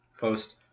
post